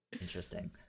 interesting